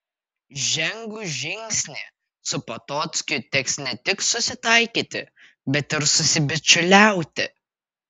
žengus žingsnį su potockiu teks ne tik susitaikyti bet ir susibičiuliauti